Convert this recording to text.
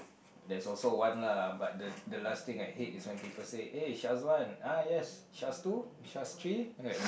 there's also one lah but the the last thing I hate is when people say eh Syazwan ah yes Syaz two Syaz three